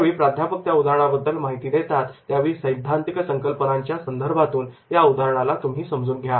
ज्यावेळी प्राध्यापक त्या उदाहरणा बद्दल आपल्याला माहिती देतात त्यावेळी सैद्धांतिक संकल्पनांच्या संदर्भातून या उदाहरणाला तुम्ही समजून घ्या